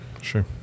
Sure